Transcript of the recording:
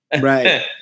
Right